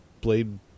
blade